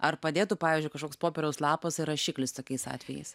ar padėtų pavyzdžiui kažkoks popieriaus lapas ir rašiklis tokiais atvejais